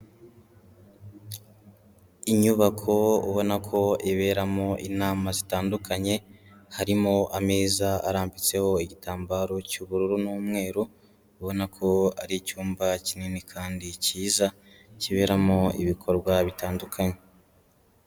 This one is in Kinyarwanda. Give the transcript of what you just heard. Inyubako ubona ko iberamo inama zitandukanye, harimo ameza arambitseho igitambaro cy'ubururu n'umweru, ubona ko ari icyumba kinini kandi cyiza, kiberamo ibikorwa bitandukanye.